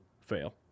fail